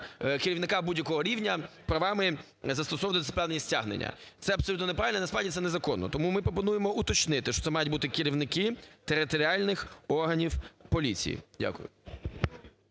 керівника будь-якого рівня правами застосовувати дисциплінарні стягнення. Це абсолютно неправильно і насправді це незаконно. Тому ми пропонуємо уточнити, що це мають бути керівники територіальних органів поліції. Дякую.